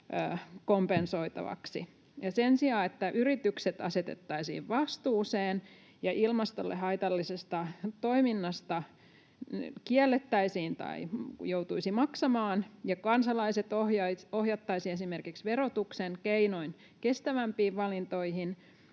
kompensoitavaksi. Sen sijaan, että yritykset asetettaisiin vastuuseen ja ilmastolle haitallinen toiminta kiellettäisiin tai siitä joutuisi maksamaan ja kansalaiset ohjattaisiin esimerkiksi verotuksen keinoin kestävämpiin valintoihin,